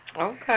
Okay